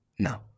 No